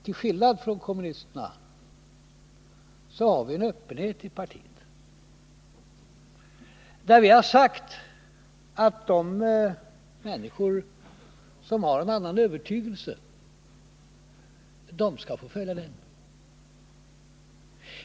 Till skillnad från kommunisterna har vi en öppenhet i partiet. Vi säger att de människor som har en annan övertygelse också skall få följa denna övertygelse.